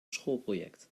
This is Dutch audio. schoolproject